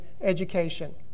education